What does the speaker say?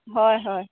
হয় হয়